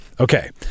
Okay